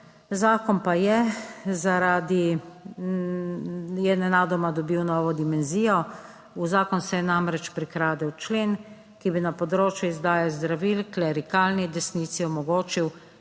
Zakon pa je zaradi, je nenadoma dobil novo dimenzijo, v zakon se je namreč prikradel člen, ki bi na področju izdaje zdravil klerikalni desnici omogočil,